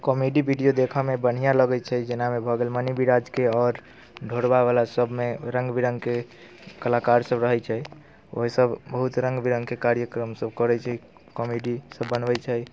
comedy video देखऽमे बढ़िआँ लगै छै जेनामे गेल मनि बिराजके आओर ढ़ोलबावला सभमे रङ्ग बिरङ्गके कलाकार सभ रहै छै ओइ सभ बहुत रङ्गके कार्यक्रम सभ करै छै कॉमेडी सभ बनबै छै